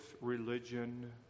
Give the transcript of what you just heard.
religion